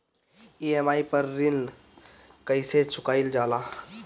EMI पर ऋण कईसे चुकाईल जाला?